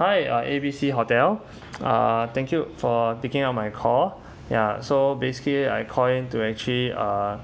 hi uh A B C hotel uh thank you for picking up my call ya so basically I call in to actually uh